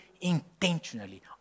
intentionally